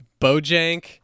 Bojank